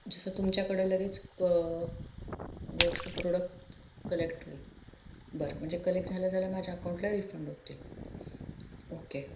जसं तुमच्याकडं लगेच क गोष्ट प्रोडक्ट कलेक्ट होईल बरं म्हणजे कलेक्ट झाल्या झाल्या माझ्या अकाऊंटला रिफंड होतील ओके